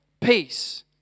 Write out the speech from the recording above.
peace